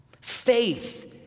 Faith